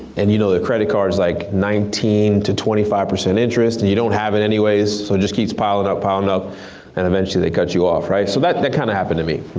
and you know the credit card's like nineteen percent to twenty five percent interest and you don't have it anyways so it just keeps piling up, piling up and eventually they cut you off right? so that that kind of happened to me.